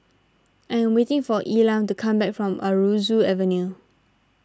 I am waiting for Elam to come back from Aroozoo Avenue